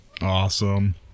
Awesome